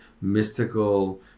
mystical